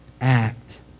Act